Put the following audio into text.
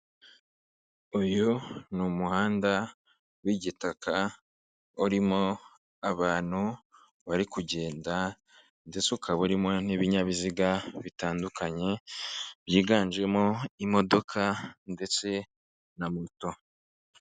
Uyu ni umuhanda w'igitaka urimo abantu bari kugenda ndetse ukaba urimo n'ibinyabiziga bitandukanye byiganjemo imodoka ndetse na moto.